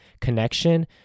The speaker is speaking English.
connection